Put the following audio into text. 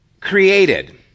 created